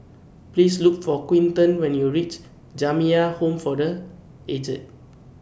Please Look For Quinten when YOU REACH Jamiyah Home For The Aged